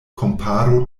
komparo